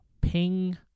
Ping